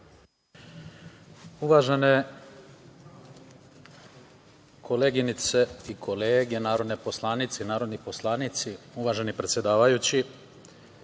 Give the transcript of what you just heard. Uvažene koleginice i kolege narodne poslanice i narodni poslanici, uvaženi predsedavajući,